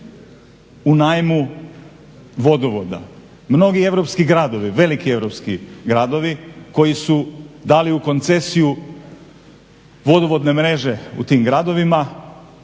u najmu vodovoda. Mnogi europski gradovi, veliki europski gradovi koji su dali u koncesiju vodovodne mreže u tim gradovima